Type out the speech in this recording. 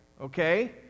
Okay